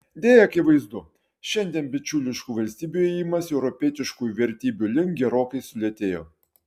deja akivaizdu šiandien bičiuliškų valstybių ėjimas europietiškųjų vertybių link gerokai sulėtėjo